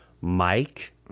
Mike